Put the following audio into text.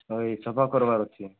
ହ ଏଇ ସଫା କରିବାର ଅଛି